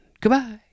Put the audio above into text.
goodbye